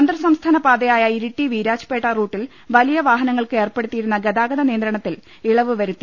അന്തർ സംസ്ഥാന പാതയായ ഇരിട്ടി വീരാജ്പേട്ട റൂട്ടിൽ വലിയ വാഹനങ്ങൾക്ക് ഏർപ്പെടുത്തിയിരുന്ന ഗതാഗത നിയന്ത്ര ണത്തിൽ ഇളവ് വരുത്തി